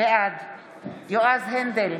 בעד יועז הנדל,